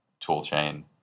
toolchain